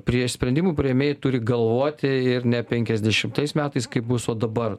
prie sprendimų priėmėjai turi galvoti ir ne penkiasdešimtais metais kaip bus o dabar